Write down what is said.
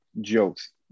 jokes